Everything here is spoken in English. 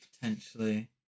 potentially